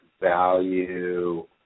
value